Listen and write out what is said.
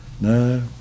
No